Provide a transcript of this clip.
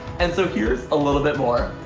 and so here's a little bit more.